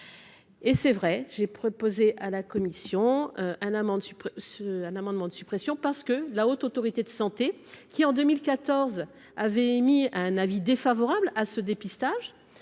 et c'est vrai, j'ai proposé à la commission un amant se un amendement de suppression parce que la Haute autorité de santé qui, en 2014 avait émis un avis défavorable à ce dépistage